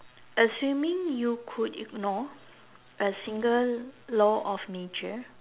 assuming you could ignore a single law of nature